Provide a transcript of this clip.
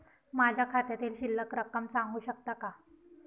माझ्या खात्यातील शिल्लक रक्कम सांगू शकता का?